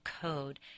Code